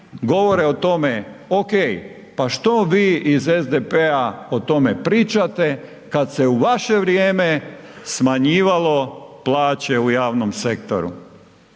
govore o tome, ok pa što vi iz SDP-a o tome pričate kad se u vaše vrijeme smanjivalo plaće u javnom sektoru.